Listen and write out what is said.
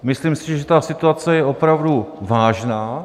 Myslím si, že situace je opravdu vážná.